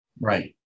Right